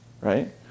right